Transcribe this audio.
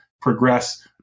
progress –